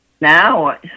now